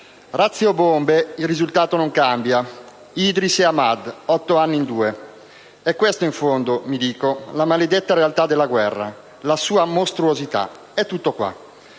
razzi o bombe, «il risultato non cambia, Idriss e Ahmad, otto anni in due. È questa in fondo - mi dico - la maledetta realtà della guerra, la sua mostruosità. È tutto qui.